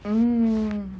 mm